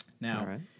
Now